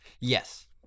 Yes